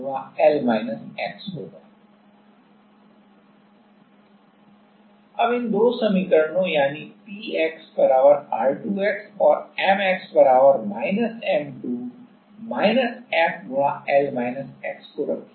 अब इन दो समीकरणों यानी Px R2x और Mx M2 F L x को रखें